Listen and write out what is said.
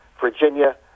Virginia